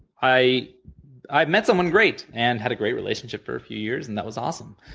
i i met someone great, and had a great relationship for a few years, and that was awesome,